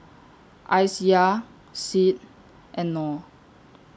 Aisyah Syed and Nor